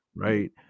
Right